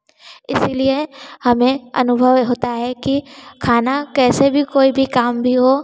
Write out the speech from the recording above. इसीलिए हमें अनुभव होता है कि खाना कैसे भी कोई भी काम भी हो